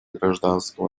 гражданского